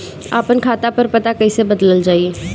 आपन खाता पर पता कईसे बदलल जाई?